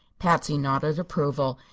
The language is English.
patsy nodded approval.